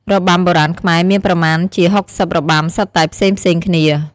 របាំបុរាណខ្មែរមានប្រមាណជា ៦០ របាំ សុទ្ធតែផ្សេងៗគ្នា។